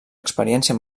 experiència